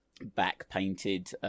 back-painted